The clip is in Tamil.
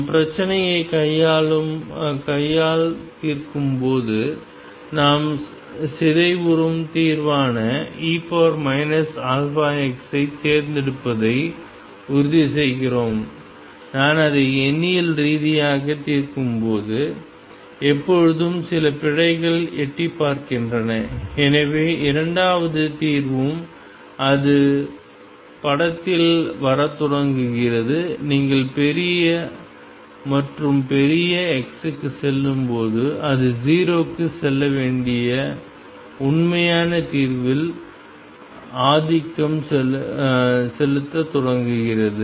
நாம் பிரச்சினையை கையால் தீர்க்கும்போது நாம் சிதைவுறும் தீர்வான e αxஐ தேர்ந்தெடுப்பதை உறுதிசெய்கிறோம் நான் அதை எண்ணியல் ரீதியாக தீர்க்கும்போது எப்போதும் சில பிழைகள் எட்டிப் பார்க்கின்றன எனவே இரண்டாவது தீர்வும் அது படத்தில் வரத் தொடங்குகிறது நீங்கள் பெரிய மற்றும் பெரிய x க்குச் செல்லும்போது அது 0 க்குச் செல்ல வேண்டிய உண்மையான தீர்வில் ஆதிக்கம் செலுத்தத் தொடங்குகிறது